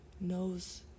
knows